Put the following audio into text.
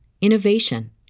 innovation